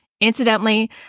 Incidentally